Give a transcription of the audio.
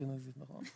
'שהכול')